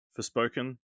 Forspoken